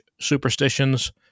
superstitions